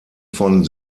von